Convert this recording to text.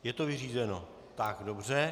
Je to vyřízeno, tak dobře.